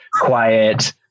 quiet